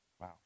Wow